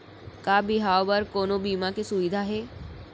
का बिहाव बर कोनो बीमा के सुविधा हे?